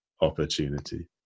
opportunity